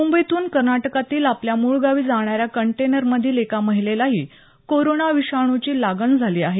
मुंबईतून कर्नाटकातील आपल्या मूळगावी जाणाऱ्या कंटेनर मधील एक महिलेलाही कोरोना विषाणुची लागण झाली आहे